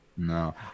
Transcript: No